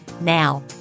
Now